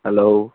hello